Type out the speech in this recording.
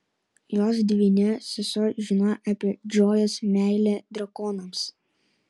jos dvynė sesuo žinojo apie džojos meilę drakonams